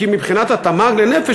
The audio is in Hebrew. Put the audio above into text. כי מבחינת התמ"ג לנפש,